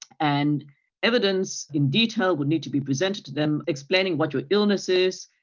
and evidence in detail would need to be presented to them explaining what your illness is,